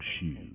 shoes